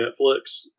Netflix